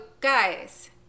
guys